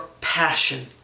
passion